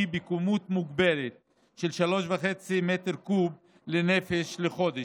בכמות מוגבלת של 3.5 מ"ק לנפש לחודש.